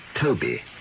Toby